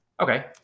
Okay